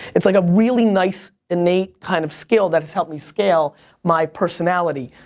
it's like a really nice innate kind of skill that has helped me scale my personality.